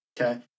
Okay